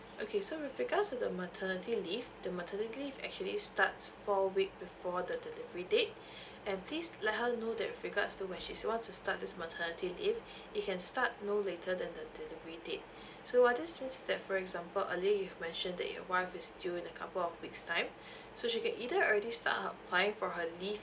okay so with regards to the maternity leave the maternity leave actually starts four week before the delivery date and please let her know that with regards to when she's want to start this maternity leave it can start no later than the delivery date so what this means is that for example earlier you have mentioned that your wife is due in a couple of weeks' time so she can either already start applying for her leave